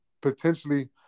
potentially